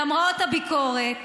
למרות הביקורת,